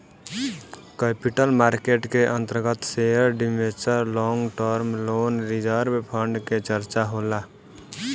capital market के अंतर्गत share debenture long term loan reserve fund के चर्चा होला